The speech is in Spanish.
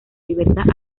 diversas